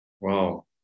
Wow